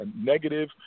negative